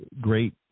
great